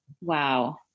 Wow